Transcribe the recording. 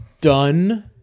done